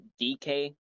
DK